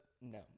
no